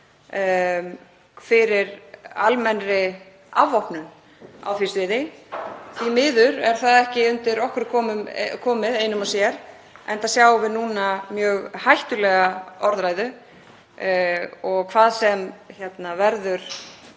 fyrir almennri afvopnun á því sviði. Því miður er það ekki undir okkur komið einum og sér enda sjáum við núna mjög hættulega orðræðu. Hvað sem verður